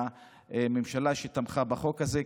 לממשלה שתמכה בחוק הזה,